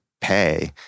pay